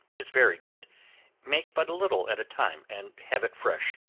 is very good make but a little at a time, and have it fresh.